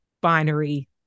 binary